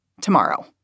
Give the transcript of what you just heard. tomorrow